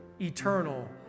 eternal